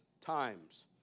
times